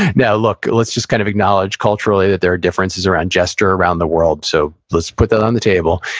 now, look, let's just kind of acknowledge culturally that there are differences around gesture around the world. so, let's put that on the table.